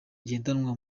ngendanwa